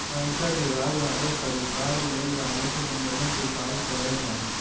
आयकर विभाग भारत सरकार लेल राजस्व संग्रह के काज करै छै